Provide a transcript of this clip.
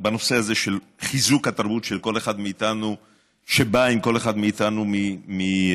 בנושא של חיזוק התרבות שבאה עם כל אחד מאיתנו מחו"ל,